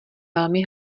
velmi